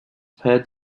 per